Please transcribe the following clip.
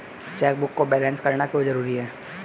Chequebook को balance करना क्यों जरूरी है?